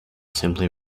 simply